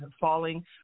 falling